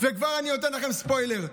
וכבר אני נותן לכם ספוילר: